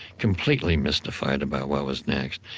completely mystified about what was next.